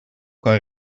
kan